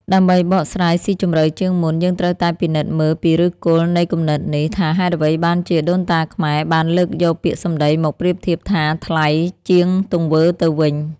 ដើម្បីបកស្រាយស៊ីជម្រៅជាងមុន យើងត្រូវតែពិនិត្យមើលពីឫសគល់នៃគំនិតនេះ ថាហេតុអ្វីបានជាដូនតាខ្មែរបានលើកយកពាក្យសម្ដីមកប្រៀបធៀបថា "ថ្លៃ" ជាងទង្វើទៅវិញ។